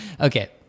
Okay